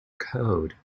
code